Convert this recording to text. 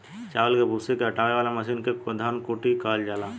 चावल के भूसी के हटावे वाला मशीन के धन कुटी कहल जाला